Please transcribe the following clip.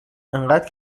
انقدر